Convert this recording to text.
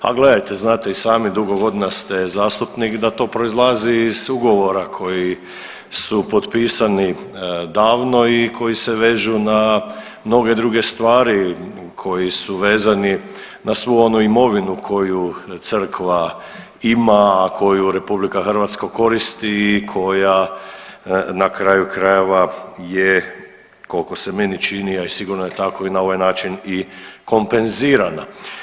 A gledajte, znate i sami, dugo godina ste zastupnik da to proizlazi iz ugovora koji su potpisani davno i koji se vežu na mnoge druge stvari, koji su vezani na svoju onu imovinu koju crkva ima a koju Republika Hrvatska koristi i koja na kraju krajeva je koliko se meni čini, a i sigurno je tako i na ovaj način kompenzirana.